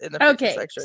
okay